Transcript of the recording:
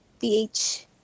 pH